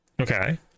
Okay